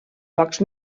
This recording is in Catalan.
pocs